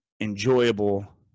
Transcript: enjoyable